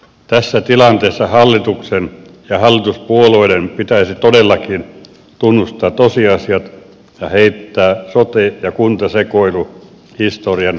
tässä tilanteessa hallituksen ja hallituspuolueiden pitäisi todellakin tunnustaa tosiasiat ja heittää sote ja kuntasekoilu historian roskatynnyriin